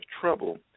trouble